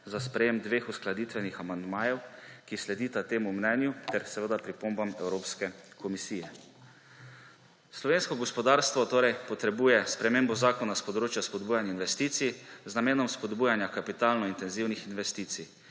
za sprejem dveh uskladitvenih amandmajev, ki sledita temu mnenju ter seveda pripombam Evropske komisije. Slovensko gospodarstvo torej potrebuje spremembo zakona s področja spodbujanja investicij z namenom spodbujanja kapitalno intenzivnih investicij,